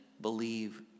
believe